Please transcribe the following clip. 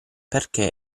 perché